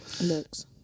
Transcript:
Looks